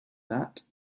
that